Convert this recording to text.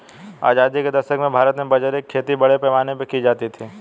आजादी के दशक में भारत में बाजरे की खेती बड़े पैमाने पर की जाती थी